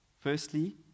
Firstly